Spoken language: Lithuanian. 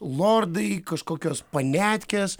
lordai kažkokios paniatkės